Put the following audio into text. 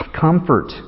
comfort